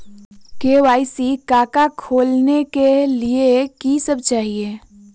KYC का का खोलने के लिए कि सब चाहिए?